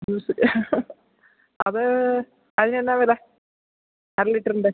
juice അത് അതിന് എന്നാ വില അര ലിറ്ററിന്റെ